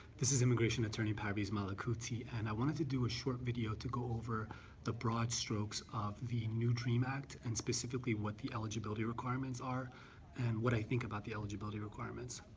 this is immigration attorney parviz malakouti and i wanted to do a short video to go over the broad strokes of the new dream act and specifically what the eligibility requirements are and what i think about the eligibility requirements.